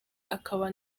akaba